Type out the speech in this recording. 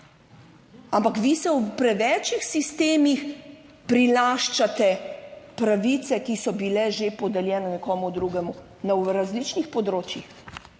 Ampak vi se v prevečih sistemih prilaščate pravice, ki so bile že podeljene nekomu drugemu na različnih področjih.